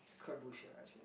is quite bullshit lah actually